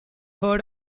heard